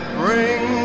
bring